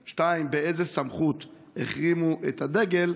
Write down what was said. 2. באיזו סמכות החרימו את הדגל?